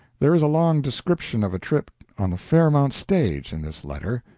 there is a long description of a trip on the fairmount stage in this letter,